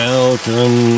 Welcome